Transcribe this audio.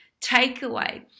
takeaway